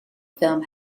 film